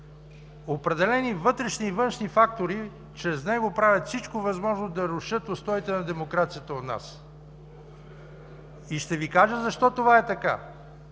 определени вътрешни и външни фактори чрез него правят всичко възможно да рушат устоите на демокрацията у нас. И ще Ви кажа защо това е така.